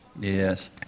Yes